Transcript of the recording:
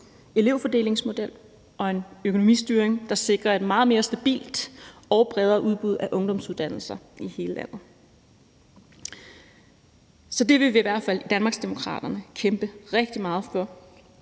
elevfordelingsmodel og en økonomistyring, der sikrer et meget mere stabilt og bredere udbud af ungdomsuddannelser i hele landet. Så det vil vi i hvert fald i Danmarksdemokraterne kæmpe rigtig meget for,